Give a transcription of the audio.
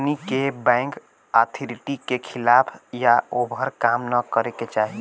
हमनी के bank authority के खिलाफ या ओभर काम न करे के चाही